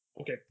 Okay